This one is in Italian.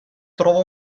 trova